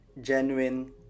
genuine